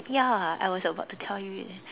ya I was about to tell you already